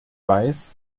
weiß